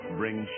bring